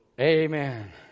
Amen